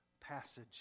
passage